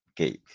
okay